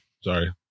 Sorry